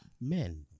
Men